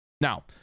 now